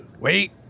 wait